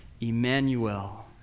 Emmanuel